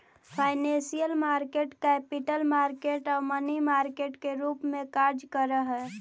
financial market capital market आउ money market के रूप में कार्य करऽ हइ